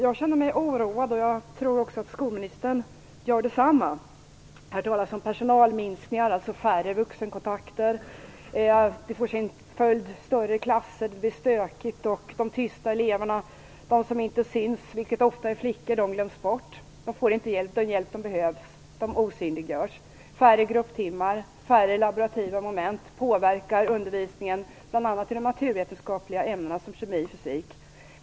Jag känner mig oroad och jag tror att också skolministern är oroad. Det talas alltså om personalminskningar, dvs. om färre vuxenkontakter. Det får till följd att det blir större klasser och därmed stökigt. Tysta elever, de som inte syns - ofta flickor - glöms bort. De får inte den hjälp som de behöver, utan de osynliggörs. Färre grupptimmar och färre laborativa moment påverkar undervisningen bl.a. i naturvetenskapliga ämnen som kemi och fysik.